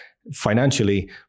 financially